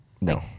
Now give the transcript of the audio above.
No